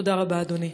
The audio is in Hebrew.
תודה רבה, אדוני.